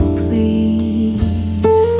please